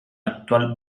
actual